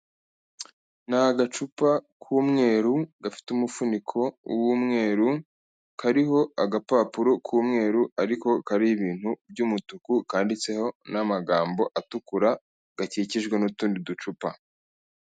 Ni agacupa k'umweru gafite umufuniko w'umweru, kariho agapapuro k'umweru ariko kariho ibintu by'umutuku kanditseho n'amagambo atukura, gakikijwe n'utundi ducupa.